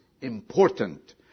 important